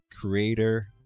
creator